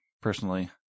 personally